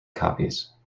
copies